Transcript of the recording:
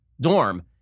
dorm